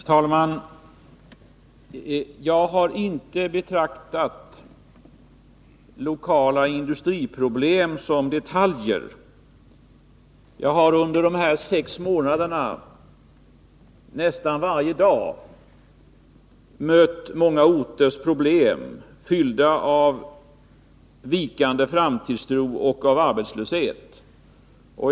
Herr talman! Jag har inte betraktat lokala industriproblem som detaljer. Jag har under de här sex månaderna nästan varje dag mött många orters problem i form av vikande framtidstro och arbetslöshet.